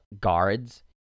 guards